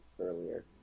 earlier